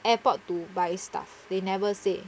airport to buy stuff they never say